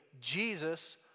Jesus